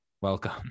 Welcome